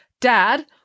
Dad